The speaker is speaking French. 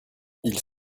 ils